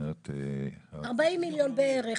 40 מיליון בערך.